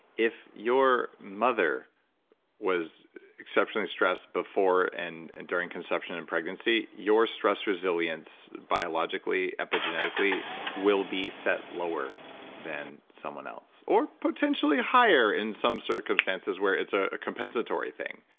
if your mother was exceptionally stressed before and and during conception and pregnancy, your stress resilience biologically epigenetically will be set lower than someone else. or potentially higher in some circumstances where it's a compensatory thing.